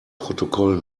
protokoll